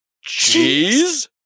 Cheese